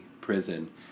Prison